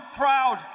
proud